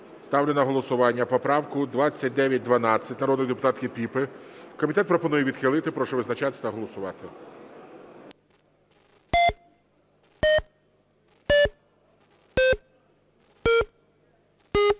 Ставлю на голосування поправку 2912, народної депутатки Піпи. Комітет пропонує відхилити. Прошу визначатись та голосувати.